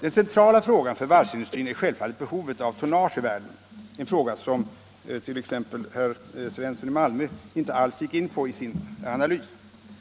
Den centrala frågan för varvsindustrin är självfallet behovet av tonnage i världen — en fråga som t.ex. herr Svensson i Malmö inte alls gick in på i sin analys.